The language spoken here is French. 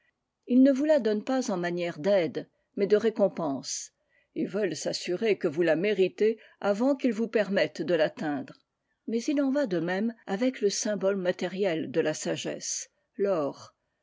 ils ne vous la donnent pas en manière d'aide mais de récompense et veulent s'assurer que vous la méritez avant qu'ils vous permettent de l'atteindre mais il en va de même avec le symbole matériel de la sagesse l'or